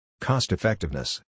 Cost-effectiveness